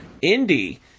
Indy